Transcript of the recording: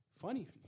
funny